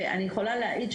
אני יכולה להעיד,